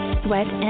sweat